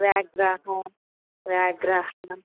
व्याघ्राः व्याघ्राः